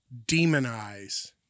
demonize